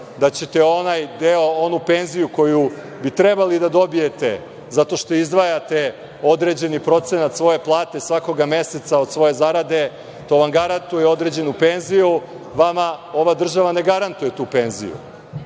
da će onaj deo, onu penziju koju bi trebali da dobijete zato što izdvajate određeni procenat svoje plate svakog meseca od svoje zarade, to vam garantuje određenu penziju, vama ova država ne garantuje tu penziju.